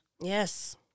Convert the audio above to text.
Yes